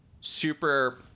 super